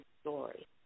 story